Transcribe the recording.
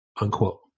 unquote